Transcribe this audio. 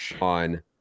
on